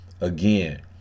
Again